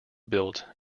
built